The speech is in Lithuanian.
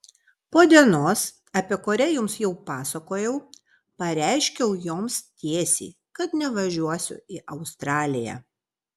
po dienos apie kurią jums jau pasakojau pareiškiau joms tiesiai kad nevažiuosiu į australiją